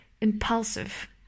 impulsive